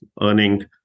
earning